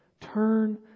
Turn